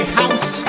house